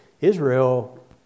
Israel